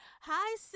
Hi